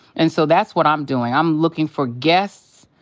and so that's what i'm doing. i'm looking for guests.